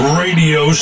radio